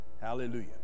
Hallelujah